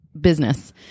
business